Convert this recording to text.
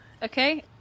Okay